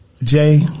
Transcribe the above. Jay